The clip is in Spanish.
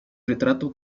retrato